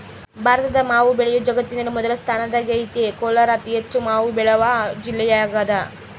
ಭಾರತದ ಮಾವು ಬೆಳೆಯು ಜಗತ್ತಿನಲ್ಲಿ ಮೊದಲ ಸ್ಥಾನದಾಗೈತೆ ಕೋಲಾರ ಅತಿಹೆಚ್ಚು ಮಾವು ಬೆಳೆವ ಜಿಲ್ಲೆಯಾಗದ